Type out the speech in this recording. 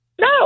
No